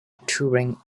touring